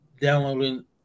downloading